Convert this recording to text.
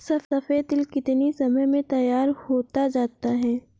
सफेद तिल कितनी समय में तैयार होता जाता है?